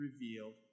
revealed